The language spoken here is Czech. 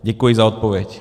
Děkuji za odpověď.